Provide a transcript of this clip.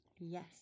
Yes